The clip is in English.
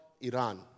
Iran